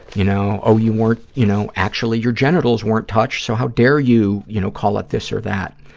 you know, oh, you weren't, you know, actually your genitals weren't touched so how dare you, you know, call it this or that.